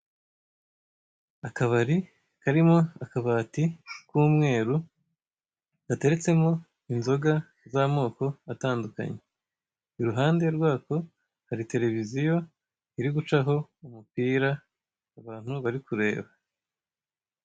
Akabari karimo akabati k'umweru gateretsemo inzoga za amoko atandukanye, iruhande rwako hari tereviziyo iri gucaho umupira abantu bari kureba.